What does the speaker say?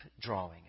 drawing